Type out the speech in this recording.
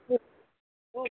okay okay